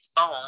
phone